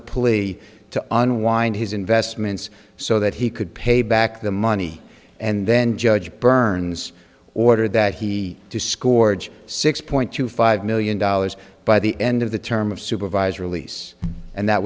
the police to unwind his investments so that he could pay back the money and then judge burns order that he scored six point two five million dollars by the end of the term of supervised release and that